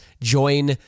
Join